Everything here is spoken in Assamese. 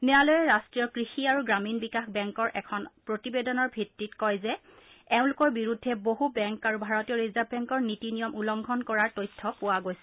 ন্যায়ালয়ে ৰাষ্ট্ৰীয় কৃষি আৰু গ্ৰামীণ বিকাশ বেংকৰ এখন প্ৰতিবেদনৰ ভিত্তিত কয় যে এওঁলোকৰ বিৰুদ্ধে বহু বেংক আৰু ভাৰতীয় ৰিজাৰ্ভ বেংকৰ নীতি নিয়ম উলংঘন কৰাৰ তথ্য পোৱা গৈছে